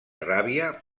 ràbia